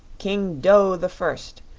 king dough the first,